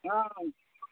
অঁ